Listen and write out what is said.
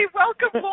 welcome